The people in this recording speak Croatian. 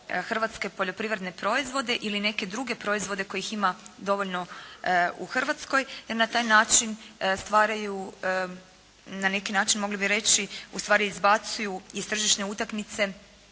hrvatske poljoprivredne proizvode ili neke druge proizvode kojih ima dovoljno u Hrvatskoj jer na taj način stvaraju na neki način mogli bi reći. Ustvari izbacuju iz tržišne utakmice